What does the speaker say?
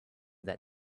that